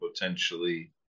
potentially